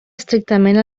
estrictament